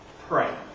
pray